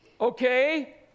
Okay